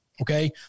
Okay